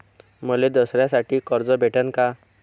मले दसऱ्यासाठी कर्ज भेटन का?